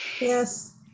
Yes